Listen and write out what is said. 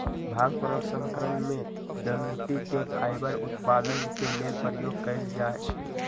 भांग प्रसंस्करण में डनटी के फाइबर उत्पादन के लेल प्रयोग कयल जाइ छइ